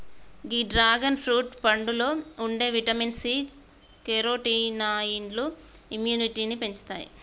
గీ dragon fruit పండులో ఉండే vitamin C, కెరోటినాయిడ్లు ఇమ్యునిటీని పెంచుతాయి